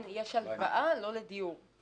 יש הלוואה, לא לדיור.